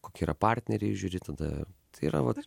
kokie yra partneriai žiūri tada tai yra vat